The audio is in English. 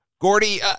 Gordy